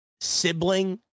sibling